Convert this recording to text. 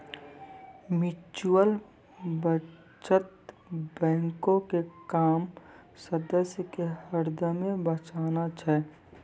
mutual बचत बैंको के काम सदस्य के हरदमे बचाना छै